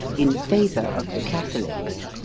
in favor of the catholics.